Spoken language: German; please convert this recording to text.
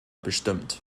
bestimmt